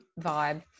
vibe